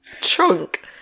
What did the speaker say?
trunk